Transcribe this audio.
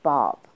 Bob